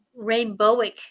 rainbowic